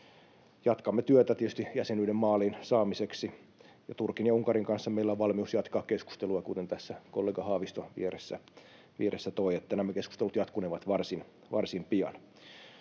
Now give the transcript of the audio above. tietysti työtä jäsenyyden maaliin saamiseksi, ja Turkin ja Unkarin kanssa meillä on valmius jatkaa keskustelua, kuten tässä kollega Haavisto vieressä toi esille, että nämä keskustelut jatkunevat varsin pian.